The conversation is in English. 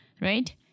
Right